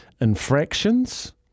infractions